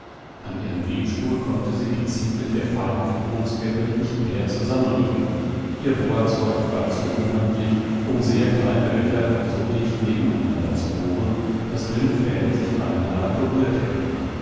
an ihrem webstuhl konnte sie die zinken der fadenführungs kämme nicht näher zusammenrücken ihr bohrzeug war zu unhandlich um sehr kleine löcher so dicht nebeneinander zu bohren daß dünne fäden sich beinahe berührt hätten